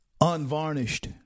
unvarnished